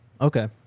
Okay